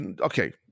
okay